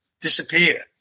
disappear